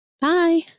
Bye